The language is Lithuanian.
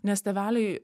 nes tėveliai